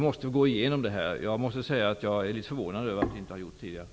Vi måste gå igenom det här. Jag måste säga att jag är litet förvånad över att det inte har gjorts tidigare.